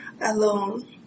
alone